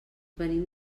venim